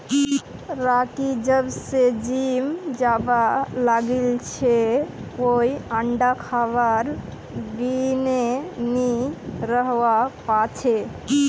Rocky जब स gym जाबा लागिल छ वइ अंडा खबार बिनइ नी रहबा पा छै